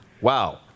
Wow